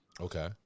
Okay